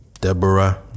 Deborah